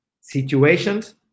situations